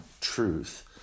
truth